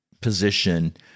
position